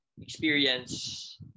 experience